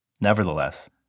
Nevertheless